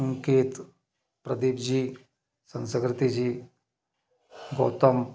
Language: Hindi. अनिकेत प्रदीप जी संस्कृति जी गौतम